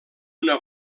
una